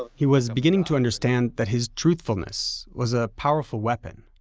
he was beginning to understand that his truthfulness was a powerful weapon.